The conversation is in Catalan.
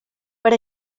per